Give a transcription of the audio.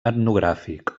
etnogràfic